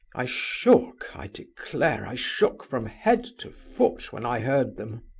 i shook i declare i shook from head to foot when i heard them.